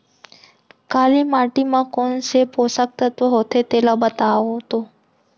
काली माटी म कोन से पोसक तत्व होथे तेला बताओ तो?